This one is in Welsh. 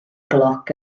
gloc